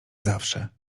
zawsze